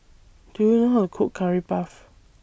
Do YOU know How to Cook Curry Puff